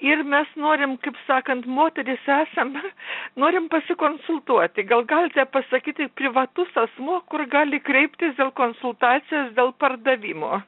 ir mes norim kaip sakant moterys esam norim pasikonsultuoti gal galite pasakyti privatus asmuo kur gali kreiptis dėl konsultacijos dėl pardavimo